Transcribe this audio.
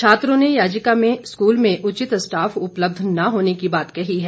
छात्रों ने याचिका में स्कूल में उचित स्टाफ उपलब्ध न होने की बात कही है